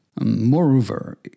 Moreover